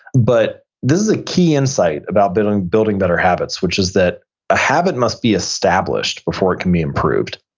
but this is a key insight about building building better habits, which is that a habit must be established before it can be improved.